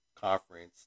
conference